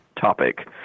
topic